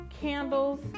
candles